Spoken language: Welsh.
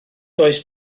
does